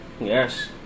Yes